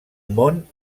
món